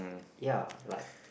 ya like